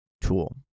tool